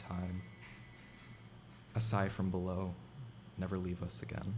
time aside from below never leave us again